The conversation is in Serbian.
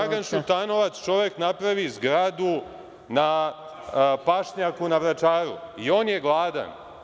Dragan Šutanovac, čovek napravi zgradu na pašnjaku, na Vračaru, i on je gladan.